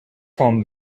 van